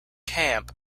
camp